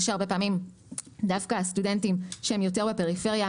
שהרבה פעמים דווקא הסטודנטים שהם יותר בפריפריה,